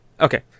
Okay